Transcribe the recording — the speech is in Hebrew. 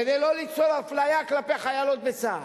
כדי לא ליצור אפליה כלפי חיילות בצה"ל,